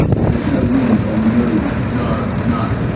but there's no wind on the moon. no, none.